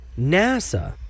NASA